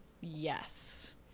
Yes